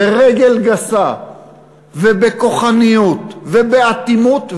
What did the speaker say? ברגל גסה ובכוחניות ובאטימות,